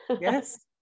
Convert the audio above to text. yes